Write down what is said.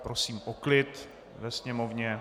Prosím o klid ve sněmovně.